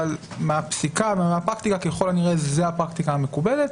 אבל מהפסיקה ומהפרקטיקה ככל הנראה זאת הפרקטיקה המקובלת,